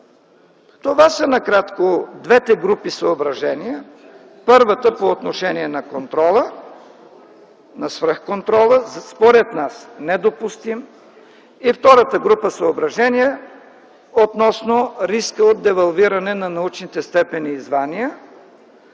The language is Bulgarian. Това са накратко двете групи съображения. Първата – по отношение на контрола, на свръхконтрола, според нас недопустим. Втората група съображения – относно риска от девалвиране на научните степени и звания,